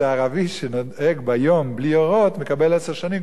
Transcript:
שערבי שנוהג ביום בלי אורות מקבל עשר שנים,